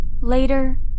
Later